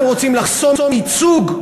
אתם רוצים לחסום ייצוג,